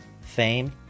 fame